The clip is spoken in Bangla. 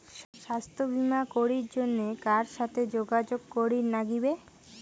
স্বাস্থ্য বিমা করির জন্যে কার সাথে যোগাযোগ করির নাগিবে?